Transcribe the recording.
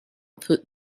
put